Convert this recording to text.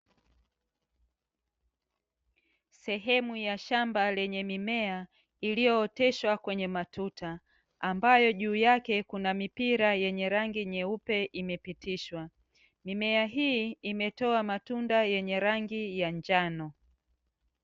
Sehemu ya shamba lenye mimea iliyooteshwa kwenye matuta, ambayo juu yake kuna mipira yenye rangi nyeupe imepitishwa. Mimea hii imetoa matunda yenye rangi ya njano.